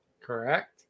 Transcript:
Correct